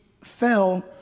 fell